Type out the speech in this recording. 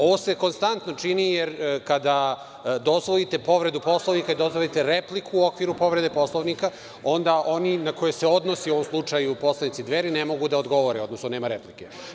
Ovo se konstantno čini, jer kada dozvolite povredu Poslovnika, dozvolite repliku u okviru povrede Poslovnika, onda oni na koje se odnosi, u ovom slučaju poslanici Dveri, ne mogu da odgovore, odnosno nema replike.